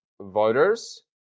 voters